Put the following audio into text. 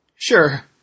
Sure